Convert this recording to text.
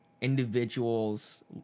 individuals